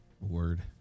Word